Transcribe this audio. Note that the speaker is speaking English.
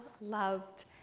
loved